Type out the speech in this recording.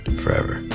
forever